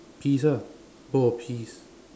peas ah both are peas